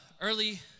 early